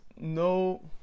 no